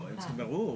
לא, ברור.